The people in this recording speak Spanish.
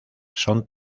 son